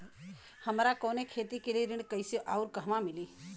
हमरा कवनो खेती के लिये ऋण कइसे अउर कहवा मिली?